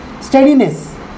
steadiness